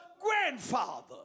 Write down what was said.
grandfather